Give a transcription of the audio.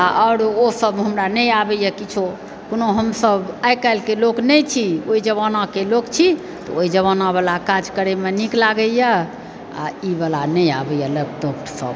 आर ओ सब हमरा नहि आबैए किछु कोनो हमसब आइकाल्हिके लोक नहि छी ओहि जमानाके लोक छी ओहि जमाना वला काज करएमे नीक लागैए आ ई वला नहि आबैए लैपटोप सब